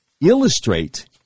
illustrate